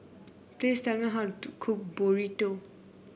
please tell me how to cook Burrito